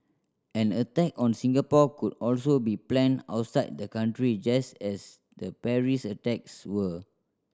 an attack on Singapore could also be planned outside the country just as the Paris attacks were